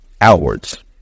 outwards